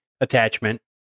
attachment